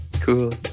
Cool